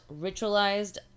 ritualized